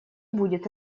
будет